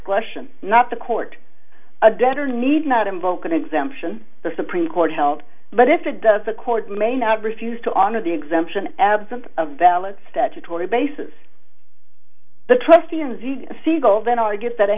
question not the court a debtor need not invoke an exemption the supreme court held but if it does the court may not refuse to honor the exemption absent a valid statutory basis the trustee n z siegel then argues that a